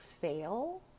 fail